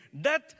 Death